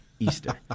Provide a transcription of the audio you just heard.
Easter